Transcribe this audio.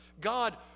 God